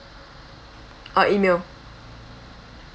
uh email